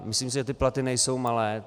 Myslím si, že ty platy nejsou malé.